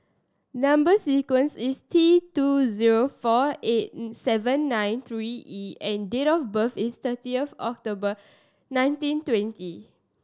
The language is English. number sequence is T two zero four eight seven nine three E and date of birth is thirty of October nineteen twenty